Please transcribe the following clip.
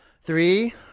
Three